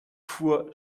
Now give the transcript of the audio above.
fuhr